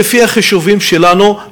לפי החישובים שלנו,